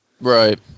Right